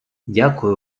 дякую